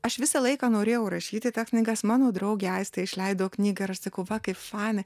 aš visą laiką norėjau rašyti tas knygas mano draugė aistė išleido knygą ir aš sakau va kaip faina